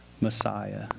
Messiah